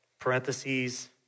parentheses